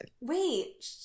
Wait